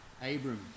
Abram